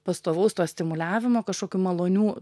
pastovaus to stimuliavimo kažkokių malonių